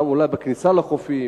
גם אולי בכניסה לחופים,